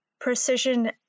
precision